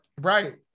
Right